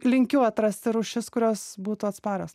linkiu atrasti rūšis kurios būtų atsparios